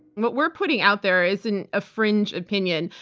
what we're putting out there isn't a fringe opinion,